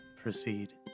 proceed